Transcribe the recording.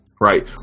Right